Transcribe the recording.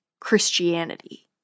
Christianity